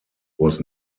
was